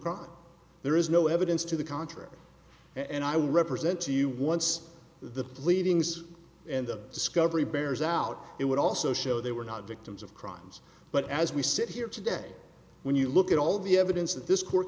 crime there is no evidence to the contrary and i will represent to you once the pleadings and the discovery bears out it would also show they were not victims of crimes but as we sit here today when you look at all the evidence that this court